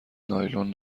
نایلون